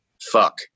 fuck